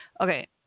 Okay